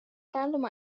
تعلم